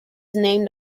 named